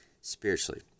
spiritually